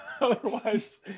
Otherwise